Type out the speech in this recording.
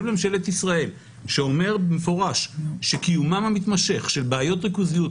ממשלת ישראל שאומר במפורש שקיומם המתמשך של בעיות ריכוזיות,